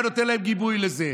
לא היה נותן להם גיבוי לזה.